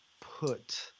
put